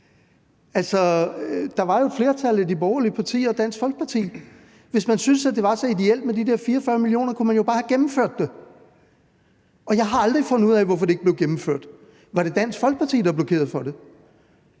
der var jo et flertal af de borgerlige partier og Dansk Folkeparti. Hvis man syntes, at det var så ideelt med de der 44 mio. kr., kunne man jo bare have gennemført det. Jeg har aldrig fundet ud af, hvorfor det ikke blev gennemført. Var det Dansk Folkeparti, der blokerede for det,